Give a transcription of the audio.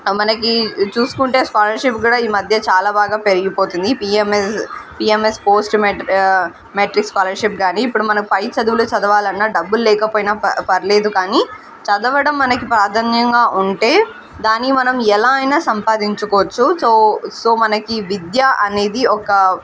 మనకి చూసుకుంటే స్కాలర్షిప్ కూడా ఈమధ్య చాలా బాగా పెరిగిపోతుంది పిఎంఎస్ పిఎంఎస్ పోస్ట్ మెట్ మెట్రిక్ స్కాలర్షిప్ కాని ఇప్పుడు మనం పై చదువులు చదవాలి అన్నా డబ్బులు లేకపోయినా ప పర్లేదు కానీ చదవడం మనకి ప్రాధాన్యతగా ఉంటే దాన్ని మనం ఎలా అయినా సంపాదించుకోవచ్చు సో సో మనకి విద్య అనేది ఒక